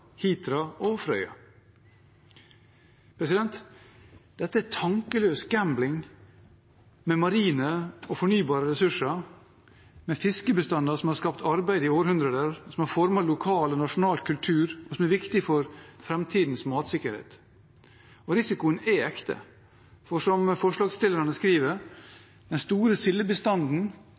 Hitra og Frøya. Dette er tankeløs gambling med marine og fornybare ressurser med fiskebestander som har skapt arbeid i århundrer, som har formet lokal og nasjonal kultur, og som er viktige for framtidens matsikkerhet. Og risikoen er ekte. Som forslagsstillerne skriver, har den store